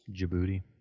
Djibouti